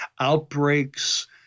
outbreaks